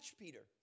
Peter